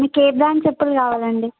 మీకు ఏ బ్రాండ్ చెప్పులు కావాలండి